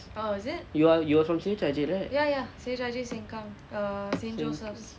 you are you were from C_H_I_J right